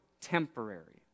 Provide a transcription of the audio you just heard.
temporary